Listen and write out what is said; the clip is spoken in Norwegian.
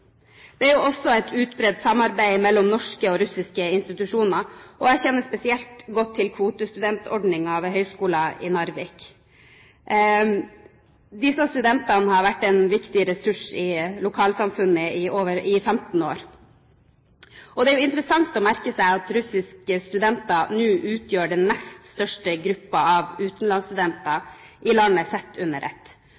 Det er også et utbredt samarbeid mellom norske og russiske institusjoner. Jeg kjenner spesielt godt til kvotestudentordningen ved Høgskolen i Narvik. Disse studentene har vært en viktig ressurs i lokalsamfunnet i 15 år. Det er interessant å merke seg at russiske studenter nå utgjør den nest største gruppen av utenlandsstudenter